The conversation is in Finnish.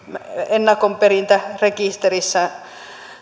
ennakkoperintärekisterissä